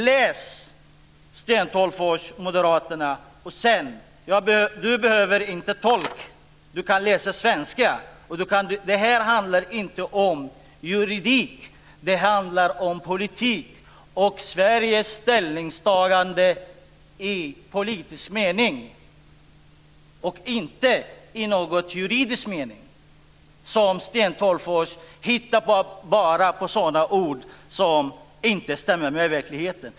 Läs, Sten Tolgfors och Moderaterna! Sten Tolgfors behöver inte tolk. Han kan läsa svenska. Det här handlar inte om juridik. Det handlar om politik och Sveriges ställningstagande i politisk mening - inte i juridisk mening. Sten Tolgfors hittar på ord som inte stämmer med verkligheten.